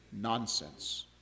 Nonsense